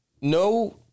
no